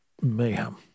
mayhem